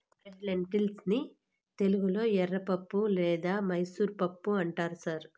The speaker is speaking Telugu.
రెడ్ లెన్టిల్స్ ని తెలుగులో ఎర్రపప్పు లేదా మైసూర్ పప్పు అంటారు సార్